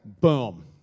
Boom